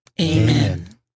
Amen